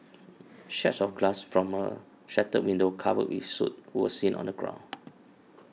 shards of glass from a shattered window covered with soot were seen on the ground